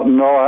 no